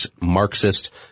Marxist